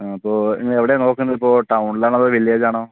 ഇപ്പോൾ നിങ്ങളെവിടെയാണ് നോക്കുന്നതിപ്പോൾ ടൗണിലാണോ അതോ വില്ലേജാണോ